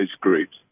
groups